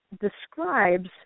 describes